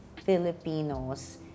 Filipinos